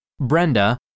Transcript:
Brenda